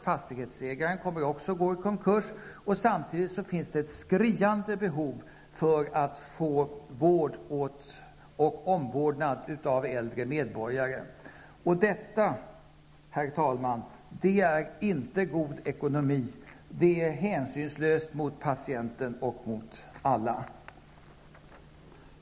Fastighetsägaren kommer också att gå i konkurs. Samtidigt finns det ett skriande behov av att få vård och omvårdnad av äldre medborgare. Detta, herr talman, är inte god ekonomi. Det är hänsynslöst mot patienterna, ja mot alla.